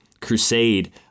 crusade